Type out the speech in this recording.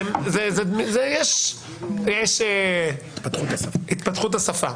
יש התפתחות שפה.